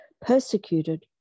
persecuted